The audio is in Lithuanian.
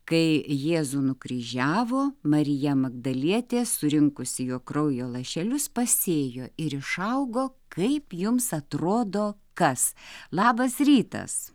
kai jėzų nukryžiavo marija magdalietė surinkusi jo kraujo lašelius pasėjo ir išaugo kaip jums atrodo kas labas rytas